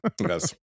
Yes